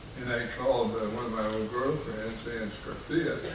called one of my old girlfriends, anne scarfia,